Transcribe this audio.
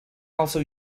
also